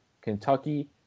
Kentucky